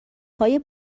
های